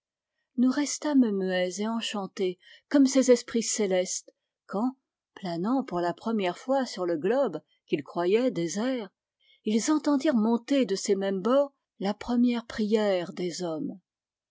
nous restâmes muets et enchantés comme ces esprits célestes quand planant pour la première fois sur le globe qu'ils croyaient désert ils entendirent monter de ces mêmes bords la première prière des hommes